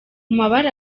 mabara